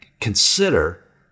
consider